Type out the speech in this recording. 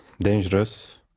dangerous